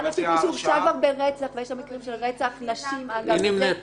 הורשע כבר ברצח ויש מקרים של רצח נשים --- די.